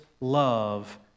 love